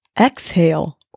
exhale